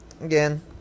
again